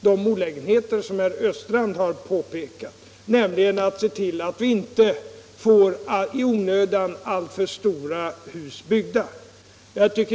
de olägenheter som herr Östrand påpekat, nämligen att det byggs onödigt stora hus.